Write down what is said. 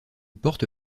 porte